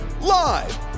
live